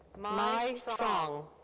mai truong.